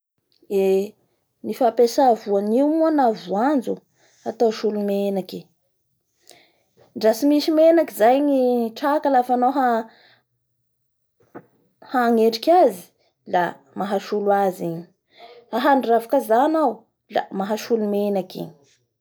Eee! Ny fampiasa voanio moa na voanjo, atao solomenaky ndra tsy misy menaky zay ny traka lafa anao hagnetritriky azy a mahasolo azy igny la hahandro ravikazaha anao la mahasolo menaky igny.